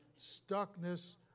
stuckness